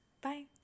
Bye